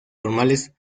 formales